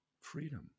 freedom